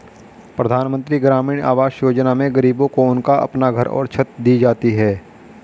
प्रधानमंत्री ग्रामीण आवास योजना में गरीबों को उनका अपना घर और छत दी जाती है